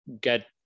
get